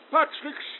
Patrick